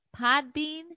Podbean